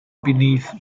beneath